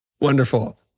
Wonderful